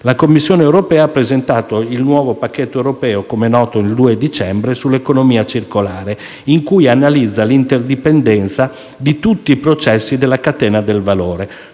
la Commissione europea ha presentato il nuovo pacchetto europeo sull'economia circolare in cui si analizza l'interdipendenza di tutti i processi della catena del valore,